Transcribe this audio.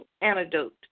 antidote